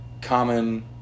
common